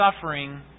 suffering